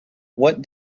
what